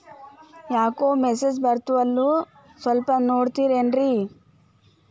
ಯಾಕೊ ಮೆಸೇಜ್ ಬರ್ವಲ್ತು ಸ್ವಲ್ಪ ನೋಡ್ತಿರೇನ್ರಿ?